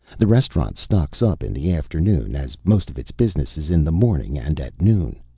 the restaurant stocks up in the afternoon, as most of its business is in the morning and at noon.